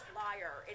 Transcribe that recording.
liar